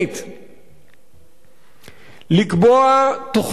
לקבוע תוכנית מיידית של התערבות,